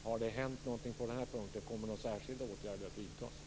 Har det hänt någonting på den här punkten, och kommer det att vidtas några särskilda åtgärder?